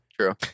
true